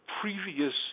previous